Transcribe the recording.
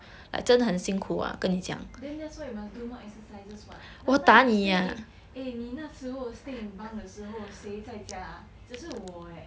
then that's why you must do more exercises what last time you stay in eh 你那时候 stay in bunk 的时候谁在家 ah 只是我 eh